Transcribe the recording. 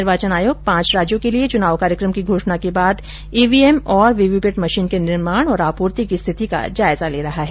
निर्वाचन आयोग पांच राज्यों के लिए चुनाव कार्यक्रम की घोषणा के बाद ईवीएम और वीवीपैट मशीन के निर्माण और आपूर्ति की स्थिति का जायजा ले रहा है